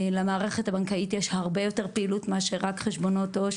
למערכת הבנקאית יש הרבה יותר פעילות מאשר רק חשבונות עו"ש,